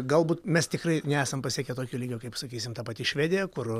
galbūt mes tikrai nesam pasiekę tokio lygio kaip sakysim ta pati švedija kur